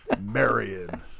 Marion